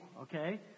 okay